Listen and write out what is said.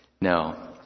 no